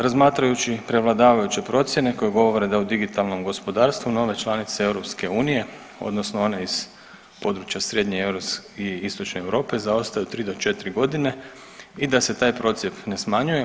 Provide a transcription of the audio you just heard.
Razmatrajući prevladavajuće procjene koje govore da u digitalnom gospodarstvu nove članice EU odnosno one iz područja srednje i istočne Europe zaostaju 3 do 4.g. i da se taj procjep ne smanjuje.